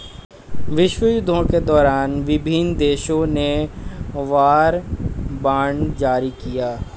विश्वयुद्धों के दौरान विभिन्न देशों ने वॉर बॉन्ड जारी किया